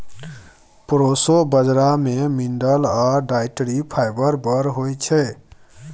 proso बजरा मे mineral आ डाइटरी फाइबर बड़ होइ छै